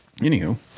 Anywho